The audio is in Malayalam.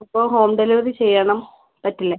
അപ്പോൾ ഹോം ഡെലിവറി ചെയ്യണം പറ്റില്ലേ